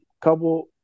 couple